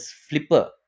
flipper